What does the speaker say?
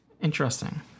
Interesting